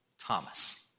Thomas